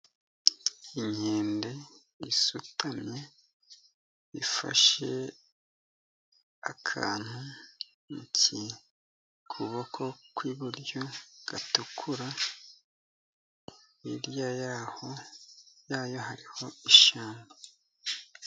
Inkende isutamye ifashe akantu, mu kuboko kw'iburyo gatukura hirya yayo hariho ishyamba.